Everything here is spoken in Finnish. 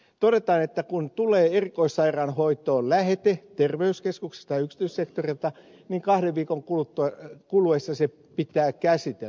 todetaan että kun lähete tulee erikoissairaanhoitoon terveyskeskuksesta tai yksityissektorilta niin kahden viikon kuluessa se pitää käsitellä